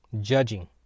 judging